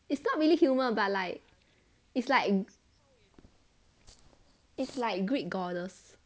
it's not really human but like it's like it's like greek goddess